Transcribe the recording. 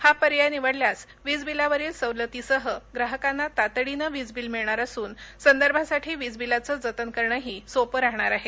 हा पर्याय निवडल्यास वीजबिलावरील सवलतीसह ग्राहकांना तातडीने वीजवील मिळणार असून संदर्भासाठी वीजबिलाचे जतन करणेही सोपं राहणार आहे